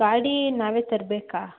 ಗಾಡಿ ನಾವೇ ತರಬೇಕಾ